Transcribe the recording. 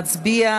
נצביע